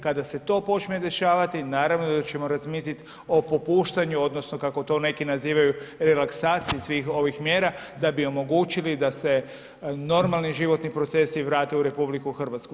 Kada se to počne dešavati, naravno da ćemo razmisliti o popuštanju, odnosno kako to neki nazivaju, relaksaciji svih ovih mjera da bi omogućili da se normalni životni procesi vrate u RH.